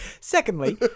Secondly